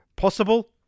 Possible